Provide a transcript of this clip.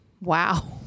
Wow